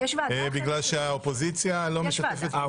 יש ועדה --- בגלל שהאופוזיציה לא משתפת פעולה --- אה,